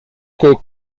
que